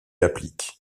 appliquent